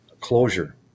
closure